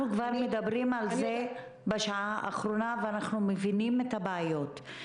אנחנו כבר מדברים על זה בשעה האחרונה ואנחנו מבינים את הבעיות.